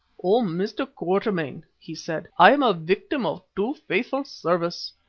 oh! mr. quatermain, he said, i am a victim of too faithful service.